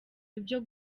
ibyo